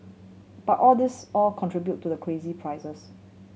but all these all contribute to the crazy prices